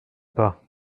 pas